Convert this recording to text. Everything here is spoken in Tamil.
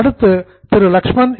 அடுத்து திரு லக்ஷ்மன் Mr